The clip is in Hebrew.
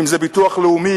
אם זה ביטוח לאומי,